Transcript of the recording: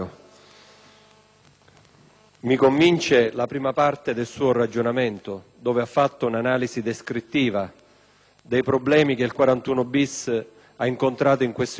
mi convince la prima parte del suo ragionamento in cui ha fatto un'analisi descrittiva dei problemi che l'articolo 41-*bis* ha incontrato in questi ultimi anni